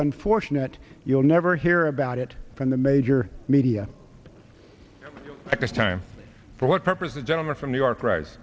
unfortunate you'll never hear about it from the major media across time for what purpose the gentleman from new york wri